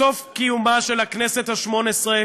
בסוף ימיה של הכנסת השמונה-עשרה